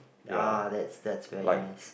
ah that's that's very nice